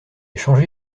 changé